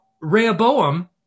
Rehoboam